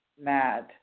mad